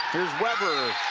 here's weber,